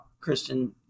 Kristen